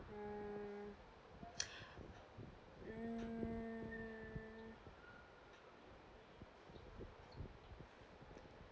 mm mm